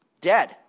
Dead